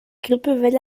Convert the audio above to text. grippewelle